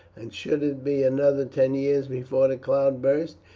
and should it be another ten years before the cloud bursts,